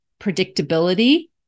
predictability